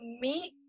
meet